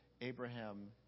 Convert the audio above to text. Abraham